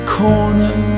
corner